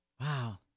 Wow